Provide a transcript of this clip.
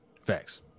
Facts